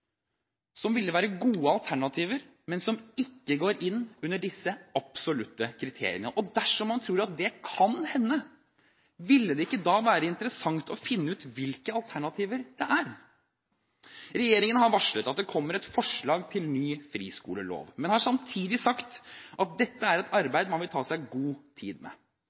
som ville være gode alternativer, men som ikke går inn under disse absolutte kriteriene? Dersom man tror det kan hende, ville det ikke da være interessant å finne ut hvilke alternativer dette er? Regjeringen har varslet at det kommer et forslag til ny friskolelov, men har samtidig sagt at dette er et arbeid man vil ta seg god tid med.